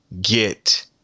get